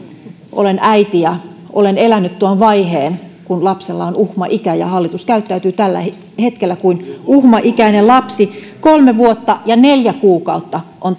olen äiti ja olen elänyt tuon vaiheen kun lapsella on uhmaikä ja hallitus käyttäytyy tällä hetkellä kuin uhmaikäinen lapsi kolme vuotta ja neljä kuukautta on